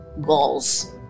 Goals